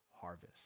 harvest